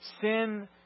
sin